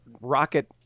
Rocket